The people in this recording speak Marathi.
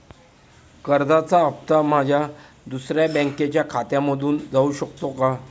कर्जाचा हप्ता माझ्या दुसऱ्या बँकेच्या खात्यामधून जाऊ शकतो का?